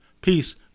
Peace